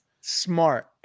Smart